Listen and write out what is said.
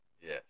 Yes